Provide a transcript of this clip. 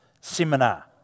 seminar